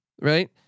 right